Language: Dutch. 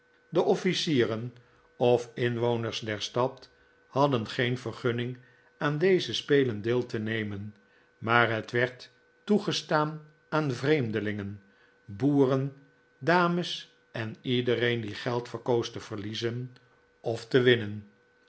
de officieren of inwoners der stad hadden geen vergunning aan deze spelen deel te nemen maar het werd toegestaan aan vreemdelingen boeren dames en iedereen die geld verkoos te verliezen of te winnen